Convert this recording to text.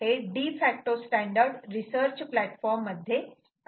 हे de facto standard research platform आहे